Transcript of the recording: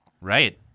Right